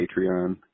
Patreon